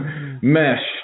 Mesh